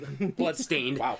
Bloodstained